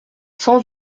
cents